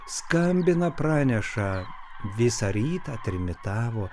skambina praneša visą rytą trimitavo